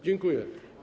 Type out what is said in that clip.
Dziękuję.